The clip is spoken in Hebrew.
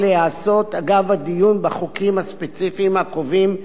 בחוקים הספציפיים הקובעים את איסור ההפליה,